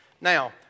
Now